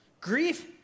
grief